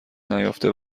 نیافته